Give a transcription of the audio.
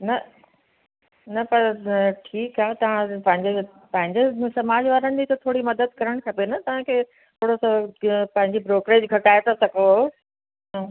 न न पर ठीकु आहे तव्हां पंहिंजे पंहिंजो मतिलबु समाज वारनि जी त थोरी मदद करणु खपे न तव्हांखे थोरो सो पंहिंजी ब्रोकरेज घटाए त सघो हा